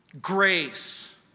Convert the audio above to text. grace